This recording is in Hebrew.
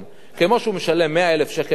כמו שהוא משלם 100,000 שקל עלויות פיתוח,